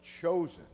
chosen